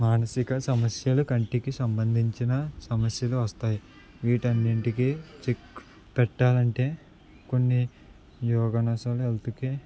మానసిక సమస్యలు కంటికి సంబంధించిన సమస్యలు వస్తాయి వీటి అన్నింటికి చి పెట్టాలి అంటే కొన్ని యోగాసనాలు హెల్త్కి